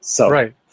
Right